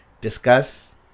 discuss